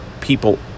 people